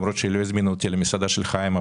למרות שהיא לא הזמינה אותי למסעדה של חיים,